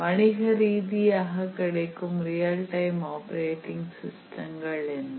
வணிகரீதியாக கிடைக்கும் real time operating சிஸ்டங்கள் என்ன